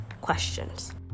questions